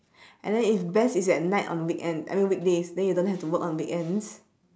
and then if best is at night on weekend I mean weekdays then you don't have to work on weekends